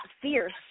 fierce